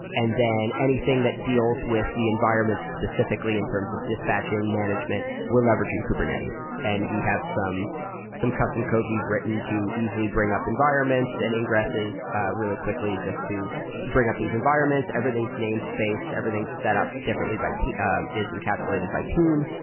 and then anything that deals with the environment specifically in terms of dispatching management, we're leveraging kubernetes. and we have some some custom code we've written to easily bring up environments and ingresses really quickly just to bring up these environments. everything's name spaced. everything is set up differently by um is encapsulated by team.